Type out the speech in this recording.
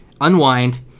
unwind